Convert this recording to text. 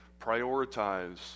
prioritize